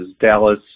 Dallas